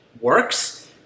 works